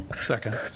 Second